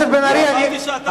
אמרתי שאתה רשאי.